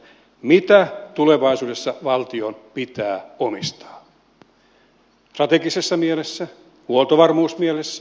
mitä tulevaisuudessa valtion pitää omistaa strategisessa mielessä huoltovarmuusmielessä muissa tarkoituksissa